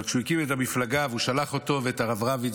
אבל כשהוא הקים את המפלגה והוא שלח אותו ואת הרב רביץ,